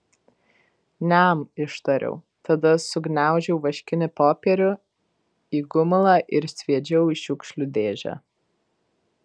niam ištariau tada sugniaužiau vaškinį popierių į gumulą ir sviedžiau į šiukšlių dėžę